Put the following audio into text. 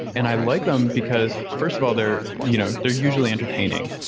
and i like them because, first of all, they're you know they're usually entertaining.